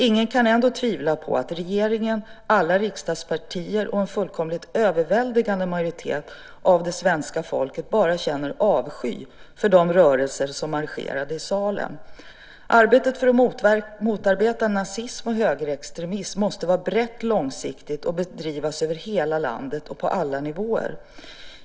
Ingen kan ändå tvivla på att regeringen, alla riksdagspartier och en fullkomligt överväldigande majoritet av det svenska folket bara känner avsky för de rörelser som marscherade i Salem. Arbetet för att motarbeta nazism och högerextremism måste vara brett och långsiktigt och bedrivas över hela landet och på alla nivåer.